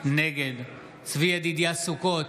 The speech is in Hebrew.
נגד צבי ידידיה סוכות,